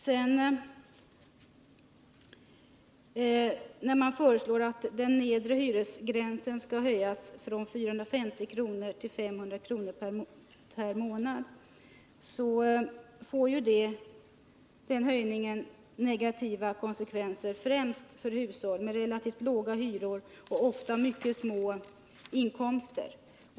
Den föreslagna höjningen av den nedre hyresgränsen från 450 kr. till 500 kr. per månad får negativa konsekvenser främst för hushåll med relativt låga hyror och ofta mycket låga inkomster.